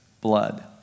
blood